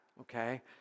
okay